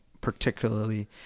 particularly